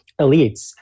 elites